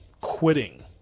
quitting